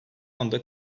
anda